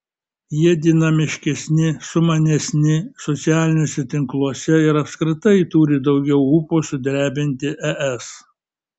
jie dinamiškesni sumanesni socialiniuose tinkluose ir apskritai turi daugiau ūpo sudrebinti es